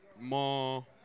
more